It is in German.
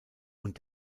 und